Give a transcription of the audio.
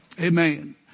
Amen